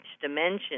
dimension